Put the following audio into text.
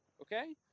okay